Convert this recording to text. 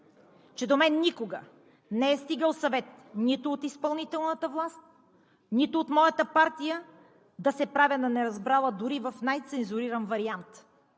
че до мен никога не е стигал съвет нито от изпълнителната власт, нито от моята партия, да се правя на неразбрала дори и в най-цензуриран вариант.